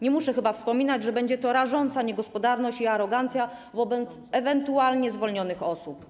Nie muszę chyba wspominać, że będzie to rażąca niegospodarność i arogancja wobec ewentualnie zwolnionych osób.